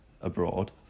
abroad